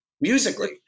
musically